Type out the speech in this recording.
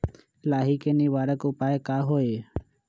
लाही के निवारक उपाय का होई?